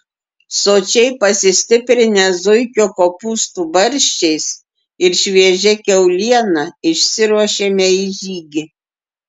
sočiai pasistiprinę zuikio kopūstų barščiais ir šviežia kiauliena išsiruošėme į žygį